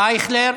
אייכלר,